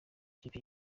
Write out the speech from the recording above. ikipe